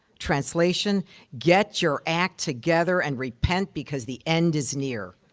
translation get your act together and repent because the end is near.